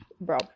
bro